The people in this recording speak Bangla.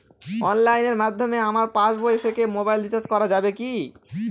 অনলাইনের মাধ্যমে আমার পাসবই থেকে মোবাইল রিচার্জ করা যাবে কি?